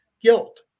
guilt